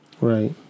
Right